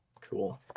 Cool